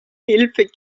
hilfe